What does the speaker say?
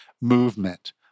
movement